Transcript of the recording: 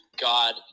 God